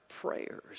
prayers